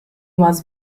was